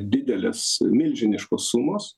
didelės milžiniškos sumos